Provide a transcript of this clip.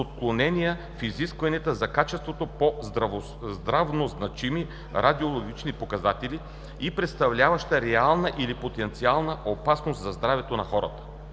отклонения в изискванията за качество по здравно значими радиологични показатели и представляваща реална или потенциална опасност за здравето на хората.